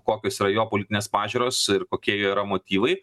kokios yra jo politinės pažiūros ir kokie yra motyvai